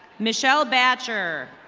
michelle badger.